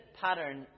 pattern